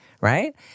right